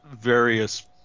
various